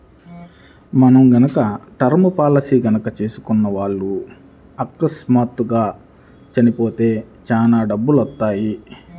మనం గనక టర్మ్ పాలసీలు గనక చేసుకున్న వాళ్ళు అకస్మాత్తుగా చచ్చిపోతే చానా డబ్బులొత్తయ్యి